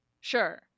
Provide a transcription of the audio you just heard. sure